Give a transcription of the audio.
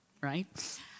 right